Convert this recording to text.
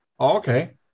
Okay